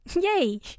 Yay